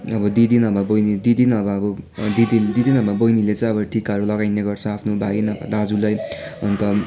अब दिदी नभए बहिनी दिदी नभए अब दिदी दिदी नभए बहिनीले चाहिँ टिकाहरू लगाइदिने गर्छ आफ्नो भाइ नभए दाजुलाई अन्त